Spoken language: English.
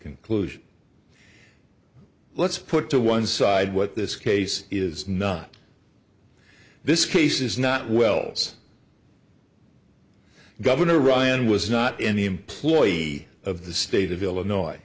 conclusion let's put to one side what this case is not this case is not wells governor ryan was not in the employee of the state of illinois